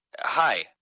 hi